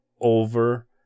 over